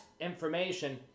information